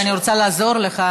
אני רוצה לעזור לך,